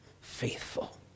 Faithful